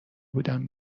بودم